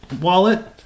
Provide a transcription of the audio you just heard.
wallet